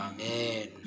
Amen